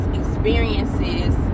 experiences